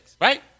right